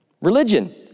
Religion